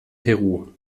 peru